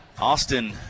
Austin